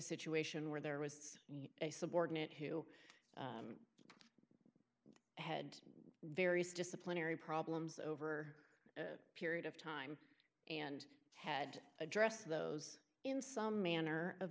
situation where there was a subordinate who had various disciplinary problems over a period of time and had addressed those in some manner of